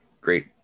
great